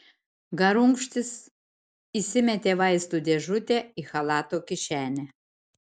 garunkštis įsimetė vaistų dėžutę į chalato kišenę